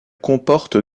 comporte